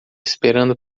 esperando